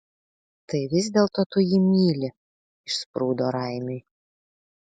tai vis dėlto tu jį myli išsprūdo raimiui